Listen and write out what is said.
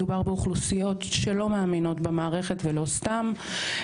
מדובר באוכלוסיות שלא מאמינות במערכת ולא סתם.